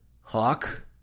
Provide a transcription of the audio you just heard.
Hawk